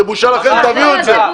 זו בושה לכם תביאו את זה.